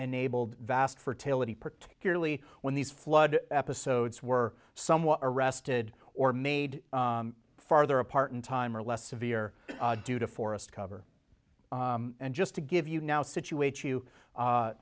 enabled vast fertility particularly when these flood episodes were somewhat arrested or made farther apart in time or less severe due to forest cover and just to give you now situate you